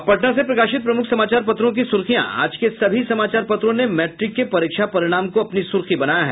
अब पटना से प्रकाशित प्रमुख समाचार पत्रों की सुर्खियां आज के सभी समाचार पत्रों ने मैट्रिक के परीक्षा परिणाम को अपनी सुर्खी बनाया है